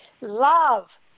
love